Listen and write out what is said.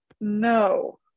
No